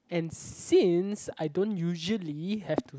and since I don't usually have to